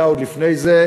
היה עוד לפני זה,